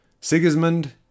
Sigismund